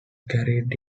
carried